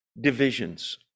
divisions